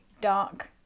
dark